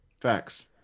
Facts